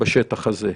בשטח הזה.